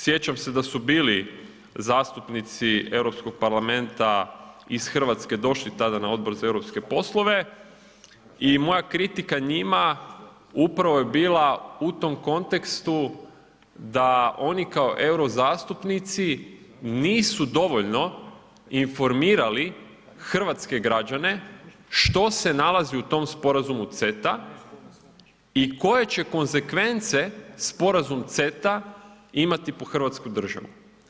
Sjećam se da su bili zastupnici Europskog parlamenta iz Hrvatske došli tada na Odbor za europske poslove i moja kritika njima upravo je bila u tom kontekstu da oni kao euro zastupnici nisu dovoljno informirali hrvatske građane što se nalazi u tom Sporazumu CETA i koje će konsekvence Sporazum CETA imati po Hrvatsku državu.